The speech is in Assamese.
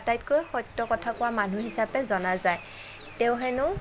আটাইতকৈ সত্য কথা কোৱা মানুহ হিচাপে জনা যায় তেওঁহেনো